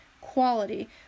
quality